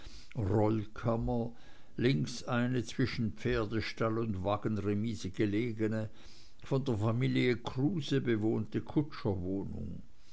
rollkammer links eine zwischen pferdestall und wagenremise gelegene von der familie kruse bewohnte